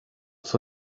for